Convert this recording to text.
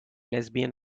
lesbian